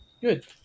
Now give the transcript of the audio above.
Good